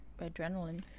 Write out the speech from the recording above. adrenaline